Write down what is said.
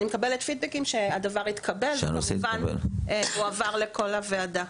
אני מקבלת פידבקים שהדבר התקבל וכמובן הועבר לכל הוועדה.